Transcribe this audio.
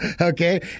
Okay